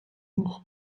noch